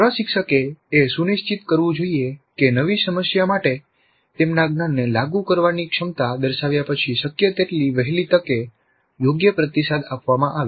પ્રશિક્ષકે એ સુનિશ્ચિત કરવું જોઈએ કે નવી સમસ્યા માટે તેમના જ્ઞાનને લાગુ કરવાની ક્ષમતા દર્શાવ્યા પછી શક્ય તેટલી વહેલી તકે યોગ્ય પ્રતિસાદ આપવામાં આવે